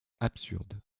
absurde